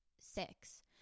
six